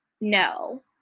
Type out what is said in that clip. no